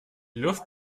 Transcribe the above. luft